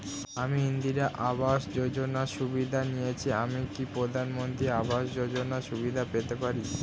আমি ইন্দিরা আবাস যোজনার সুবিধা নেয়েছি আমি কি প্রধানমন্ত্রী আবাস যোজনা সুবিধা পেতে পারি?